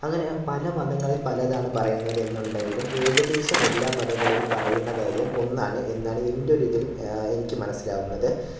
അങ്ങനെ പല മതങ്ങളിൽ പലതാണ് പറയുന്നത് എന്നുണ്ടെങ്കിലും ഏകദേശം എല്ലാ മതങ്ങളിലും പറയുന്ന കാര്യം ഒന്നാണ് എന്നാണ് എൻ്റെ ഒരു ഇതിൽ എനിക്ക് മനസ്സിലാകുന്നത്